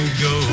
go